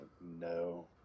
no